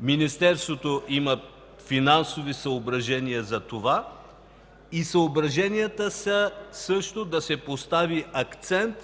Министерството има финансови съображения за това и съображенията са да се постави акцент